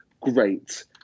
great